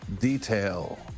detail